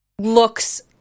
looks